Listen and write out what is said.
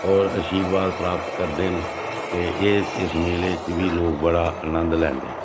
होर आर्शीवाद प्राप्त करदे न ते एह् इस मेले च बी लोक बड़ा आनंद लैंदे न